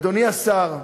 אדוני השר,